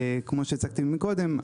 כמו שהצגתי מקודם,